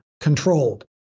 controlled